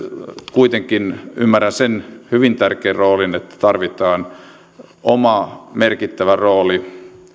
kuitenkin ymmärrän sen hyvin tärkeän roolin sen että tarvitaan oma merkittävä rooli